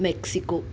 Mexico